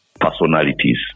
personalities